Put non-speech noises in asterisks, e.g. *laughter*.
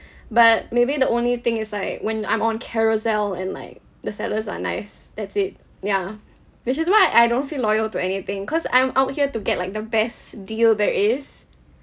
*breath* but maybe the only thing is like when I'm on carousell and like the sellers are nice that's it ya *breath* which is why I don't feel loyal to anything cause I'm out here to get like the best deal there is